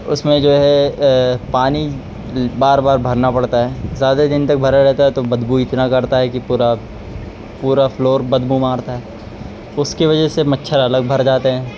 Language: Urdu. اس میں جو ہے پانی بار بار بھرنا پڑتا ہے زیادہ دن تک بھرا رہتا ہے تو بدبو اتنا کرتا ہے کہ پورا پورا فلور بدبو مارتا ہے اس کی وجہ سے مچھر الگ بھر جاتے ہیں